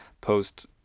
post